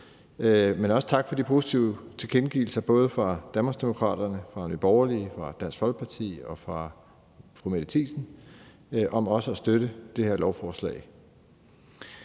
og også tak for de positive tilkendegivelser både fra Danmarksdemokraterne, fra Nye Borgerlige, fra Dansk Folkeparti og fra fru Mette Thiesen om også at støtte det her lovforslag.